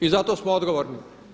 I zato smo odgovorni.